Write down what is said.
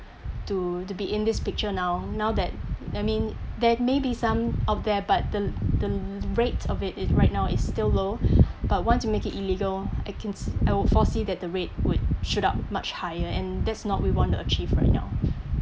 to to be in this picture now now that I mean there maybe some out there but the the rates of it is right now is still low but once you make it illegal I can se~ I will foresee that the rate would shoot up much higher and that's not we want to achieve right now